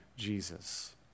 Jesus